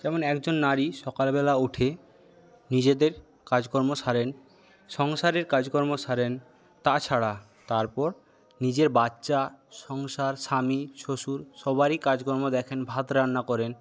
যেমন একজন নারী সকালবেলা উঠে নিজেদের কাজকর্ম সারেন সংসারের কাজকর্ম সারেন তাছাড়া তারপর নিজের বাচ্চা সংসার স্বামী শ্বশুর সবারই কাজকর্ম দেখেন ভাত রান্না করেন